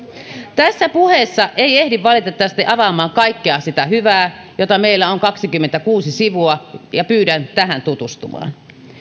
tässä puheessa ei ehdi valitettavasti avaamaan kaikkea sitä hyvää jota meillä on kaksikymmentäkuusi sivua ja pyydän tähän tutustumaan